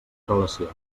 relació